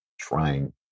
trying